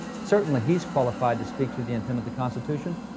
certainly, he's qualified to speak to the intent of the constitution,